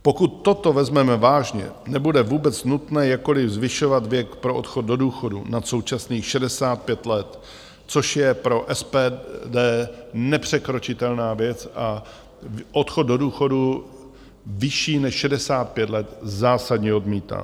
Pokud toto vezmeme vážně, nebude vůbec nutné jakkoliv zvyšovat věk pro odchod do důchodu nad současných 65 let, což je pro SPD nepřekročitelná věc, a odchod do důchodu vyšší než 65 let zásadně odmítáme.